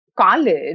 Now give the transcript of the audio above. college